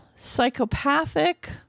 Psychopathic